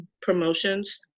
promotions